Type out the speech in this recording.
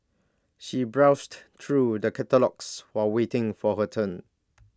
she browsed through the catalogues while waiting for her turn